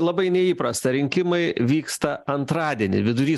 labai neįprasta rinkimai vyksta antradienį vidury